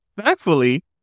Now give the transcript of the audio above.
Thankfully